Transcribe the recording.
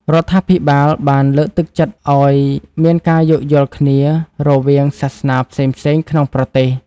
រដ្ឋាភិបាលបានលើកទឹកចិត្តឱ្យមានការយោគយល់គ្នារវាងសាសនាផ្សេងៗក្នុងប្រទេស។